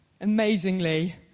amazingly